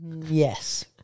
yes